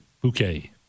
Bouquet